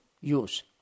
use